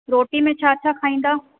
रोटी में छा छा खाईंदा